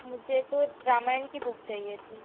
मुझे तो रामायण की बुक चाहिए थी